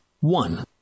One